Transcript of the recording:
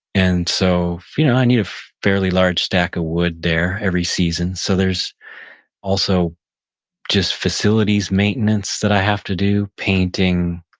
and so you know i need a fairly large stack of wood there every season. so, there's also just facilities maintenance that i have to do painting,